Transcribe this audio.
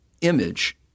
image